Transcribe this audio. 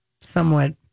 somewhat